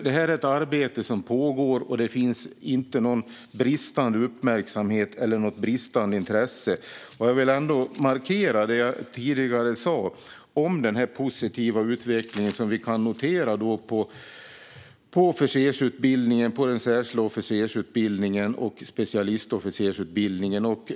Detta är ett arbete som pågår, och det finns inte någon bristande uppmärksamhet eller något bristande intresse. Jag vill markera det jag tidigare sa om den positiva utveckling som vi kan notera på officersutbildningen, den särskilda officersutbildningen och specialistofficersutbildningen.